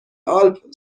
آلپ